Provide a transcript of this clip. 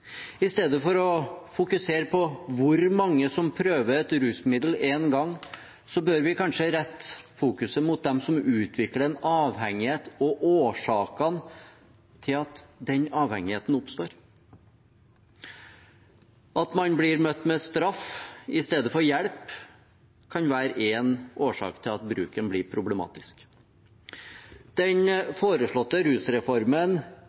I stedet for å fokusere på hvor mange som prøver et rusmiddel én gang, bør vi kanskje rette fokuset mot dem som utvikler en avhengighet, og årsakene til at den avhengigheten oppstår. At man blir møtt med straff i stedet for hjelp, kan være én årsak til at bruken blir problematisk. Den foreslåtte rusreformen